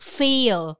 fail